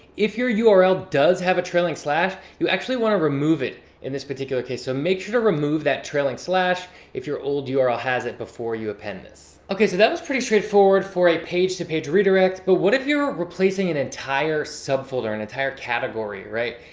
if your ah url does have a trailing slash, you actually want to remove it in this particular case. so, make sure to remove that trailing slash if your old url has it before you append this. okay, so that was pretty straightforward for a page to page redirect, but what if you're replacing an entire sub-folder, an entire category. right?